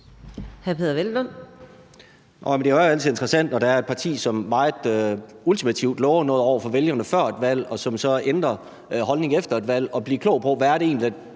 Peder Hvelplund (EL): Det er jo altid interessant, når der er et parti, som meget ultimativt lover noget over for vælgerne før et valg, og som så ændrer holdning efter et valg, at blive klog på, hvad der egentlig